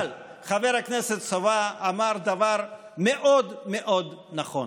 אבל חבר הכנסת סובה אמר דבר מאוד מאוד נכון,